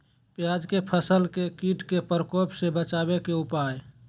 प्याज के फसल के कीट के प्रकोप से बचावे के उपाय?